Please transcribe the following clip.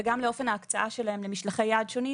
וגם לאופן ההקצאה שלהם למשלחי יד שונים